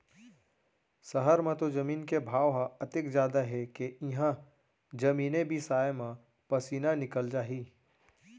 सहर म तो जमीन के भाव ह अतेक जादा हे के इहॉं जमीने बिसाय म पसीना निकल जाही